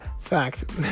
fact